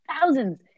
thousands